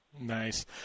Nice